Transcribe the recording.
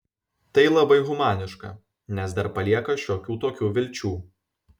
tai labai humaniška nes dar palieka šiokių tokių vilčių